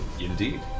Indeed